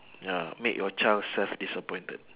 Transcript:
ya make your child self disappointed